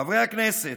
חברי הכנסת,